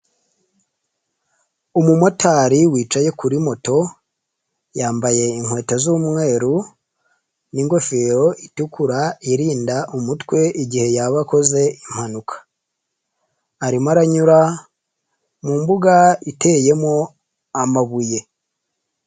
Umumotari wicaye kuri moto yambaye inkweto z'umweru n'ingofero itukura irinda umutwe igihe yaba akoze impanuka, arimo aranyura mu mbuga iteyemo amabuye.